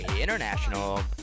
International